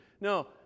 No